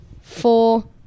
four